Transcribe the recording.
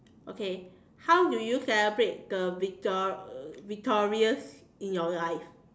okay how do you celebrate the victor~ uh victories in your life